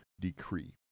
Decree